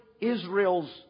Israel's